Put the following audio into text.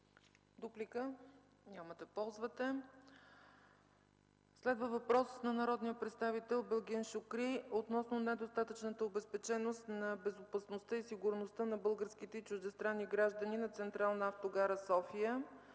Дуплика? Няма да ползвате. Следва въпрос от народния представител Белгин Шукри относно недостатъчната обезпеченост на безопасността и сигурността на българските и чуждестранни граждани на Централна автогара – София,